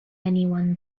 anyone